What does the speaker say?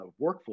workflow